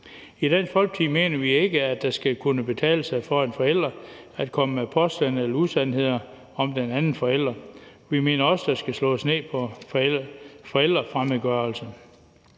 I Dansk Folkeparti mener vi ikke, at det skal kunne betale sig for en forælder at komme med påstande eller usandheder om den anden forælder. Vi mener også, at der skal slås ned på forælderfremmedgørelse.